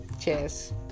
cheers